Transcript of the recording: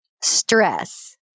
stress